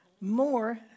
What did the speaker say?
more